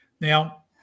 Now